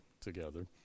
together